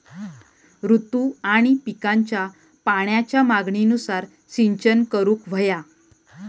ऋतू आणि पिकांच्या पाण्याच्या मागणीनुसार सिंचन करूक व्हया